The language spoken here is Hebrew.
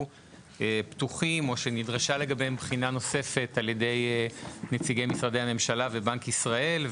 פתוחים או שנדרשה לגביהם בחינה נוספת על ידי נציגי הממשלה ובנק ישראל.